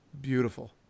beautiful